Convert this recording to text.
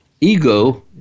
Ego